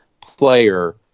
player